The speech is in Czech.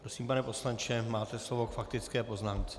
Prosím, pane poslanče, máte slovo k faktické poznámce.